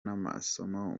n’amasomo